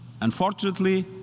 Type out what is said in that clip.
Unfortunately